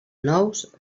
nous